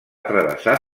travessar